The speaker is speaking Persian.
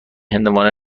هندوانه